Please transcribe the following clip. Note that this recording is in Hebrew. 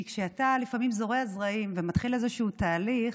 כי כשאתה לפעמים זורע זרעים מתחיל איזשהו תהליך,